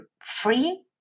free